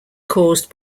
caused